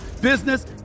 business